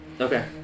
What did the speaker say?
Okay